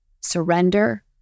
surrender